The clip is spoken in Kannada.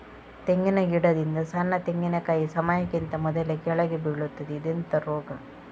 ತೆಂಗಿನ ಗಿಡದಿಂದ ಸಣ್ಣ ತೆಂಗಿನಕಾಯಿ ಸಮಯಕ್ಕಿಂತ ಮೊದಲೇ ಕೆಳಗೆ ಬೀಳುತ್ತದೆ ಇದೆಂತ ರೋಗ?